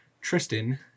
Tristan